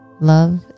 love